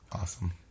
awesome